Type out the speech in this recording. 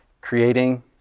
creating